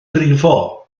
brifo